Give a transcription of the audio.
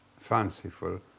fanciful